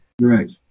right